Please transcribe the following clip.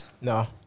No